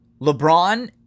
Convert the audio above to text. LeBron